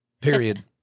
period